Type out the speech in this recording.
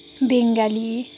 Bengali